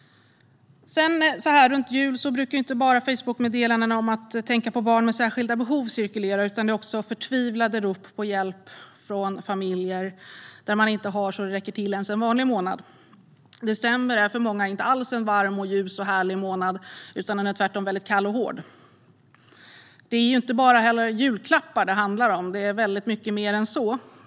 Så här runt jul brukar inte bara Facebookmeddelanden om att tänka på barn med särskilda behov cirkulera, utan också förtvivlade rop från familjer där man inte har så det räcker till ens en vanlig månad. December är för många inte alls en varm, ljus och härlig månad utan tvärtom väldigt kall och hård. Det är inte bara julklappar det handlar om utan väldigt mycket mer.